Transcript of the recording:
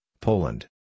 Poland